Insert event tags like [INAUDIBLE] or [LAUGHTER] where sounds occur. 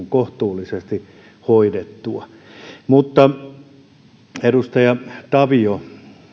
[UNINTELLIGIBLE] kohtuullisesti hoidettua mutta edustaja tavio